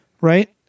Right